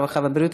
הרווחה והבריאות,